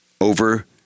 over